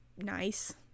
nice